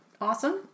awesome